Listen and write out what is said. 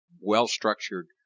well-structured